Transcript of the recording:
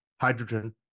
hydrogen